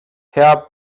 herr